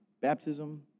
baptism